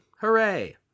Hooray